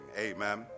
amen